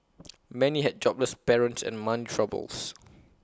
many had jobless parents and mum troubles